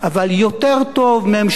אבל יותר טוב ממשלה